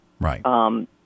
Right